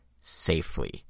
safely